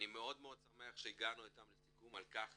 אני מאוד שמח שהגענו איתם לסיכום על כך